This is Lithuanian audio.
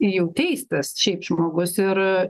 jau teistas šiaip žmogus ir